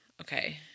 okay